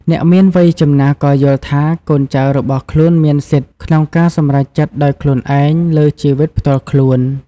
អ្នកមានវ័យចំណាស់ក៏យល់ថា កូនចៅរបស់ខ្លួនមានសិទ្ធិក្នុងការសម្រេចចិត្តដោយខ្លួនឯងលើជីវិតផ្ទាល់ខ្លួន។